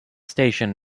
station